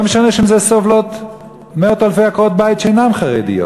לא משנה שמזה סובלות מאות אלפי עקרות-בית שאינן חרדיות,